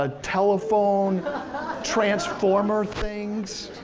ah telephone transformer things?